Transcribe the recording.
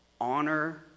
honor